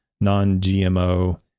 non-GMO